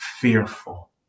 fearful